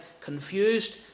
confused